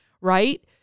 right